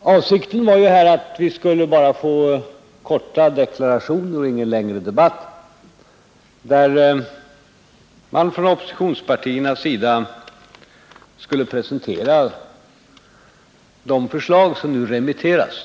Avsikten var ju inte att vi i dag skulle föra någon längre debatt utan endast få korta deklarationer där oppositionspartierna presenterade de förslag som nu remitteras.